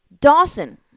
Dawson